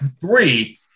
three